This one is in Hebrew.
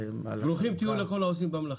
ברוכים תהיו לכל העוסקים במלאכה.